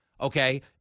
okay